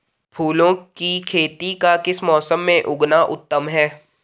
फूलों की खेती का किस मौसम में उगना उत्तम है?